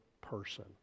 person